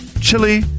chili